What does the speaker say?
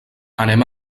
anem